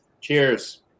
Cheers